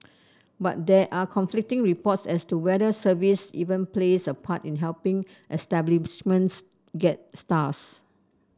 but there are conflicting reports as to whether service even plays a part in helping establishments get stars